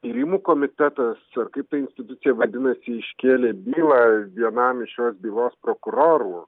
tyrimų komitetas ar kaip ta institucija vadinasi iškėlė bylą vienam iš šios bylos prokurorų